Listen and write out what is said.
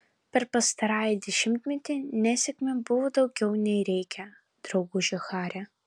per pastarąjį dešimtmetį nesėkmių buvo daugiau nei reikia drauguži hari